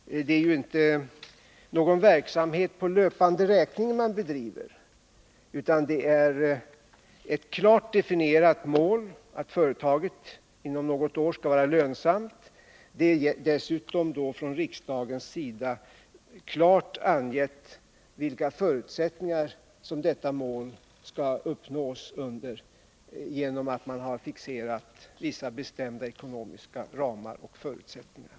Det är inte någon verksamhet på löpande räkning som företaget skall bedriva, utan det är ett klart definierat mål som skall nås, nämligen att företaget inom något år skall bli lönsamt. Utöver detta har riksdagen som sagt klart angivit under vilka förutsättningar detta mål skall uppnås genom att riksdagen har fixerat vissa bestämda ekonomiska ramar.